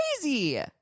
crazy